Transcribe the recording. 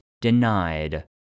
denied